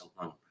alone